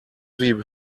heavy